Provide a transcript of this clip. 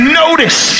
notice